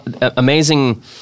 amazing